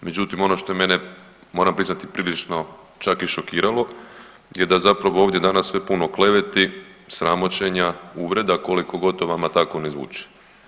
Međutim, ono što je mene moram priznati približno čak i šokiralo je da zapravo ovdje danas sve puno kleveti, sramoćenja, uvreda koliko god to vama tako ne zvuči.